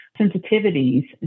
sensitivities